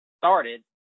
started